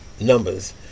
numbers